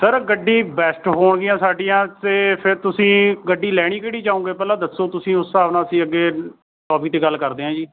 sir ਗੱਡੀ best ਹੋਣਗੀਆਂ ਸਾਡੀਆਂ ਅਤੇ ਫਿਰ ਤੁਸੀਂ ਗੱਡੀ ਲੈਣੀ ਕਿਹੜੀ ਚਾਹੋਗੇ ਪਹਿਲਾਂ ਦੱਸੋ ਤੁਸੀਂ ਉਸ ਹਿਸਾਬ ਨਾਲ਼ ਅਸੀਂ ਅੱਗੇ ਟੋਪਿਕ 'ਤੇ ਗੱਲ ਕਰਦੇ ਹਾਂ ਜੀ